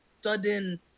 sudden